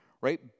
right